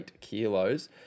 kilos